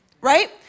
Right